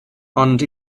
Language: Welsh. ond